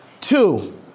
Two